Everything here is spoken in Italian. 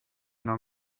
non